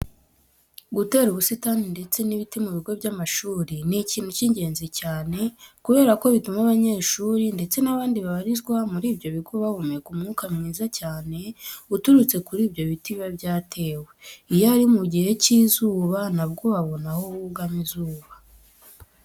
Gutera ubusitani ndetse n'ibiti mu bigo by'amashuri ni ikintu cy'ingenzi cyane kubera ko bituma abanyeshuri ndetse n'abandi babarizwa muri ibyo bigo bahumeka umwuka mwiza cyane uturutse kuri ibyo biti biba byatewe. Iyo ari mu gihe cy'izuba na bwo babona aho bugama izuba.